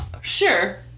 Sure